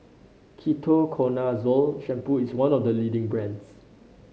Ketoconazole Shampoo is one of the leading brands